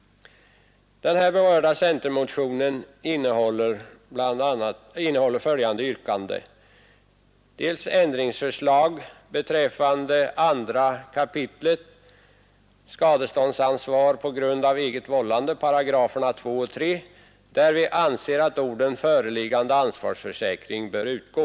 Den här berörda centerpartimotionen innehåller följande yrkanden: Vi framlägger ett ändringsförslag beträffande 2 kap. paragraferna 2 och 3, där vi anser att orden ”föreliggande ansvarsförsäkring” bör utgå.